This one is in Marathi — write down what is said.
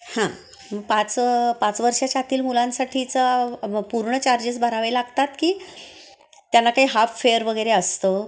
हां पाच पाच वर्षांच्या आतील मुलांसाठीचा प पूर्ण चार्जेस भरावे लागतात की त्यांना काही हाफ फेअर वगैरे असतं